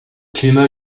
climat